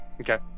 Okay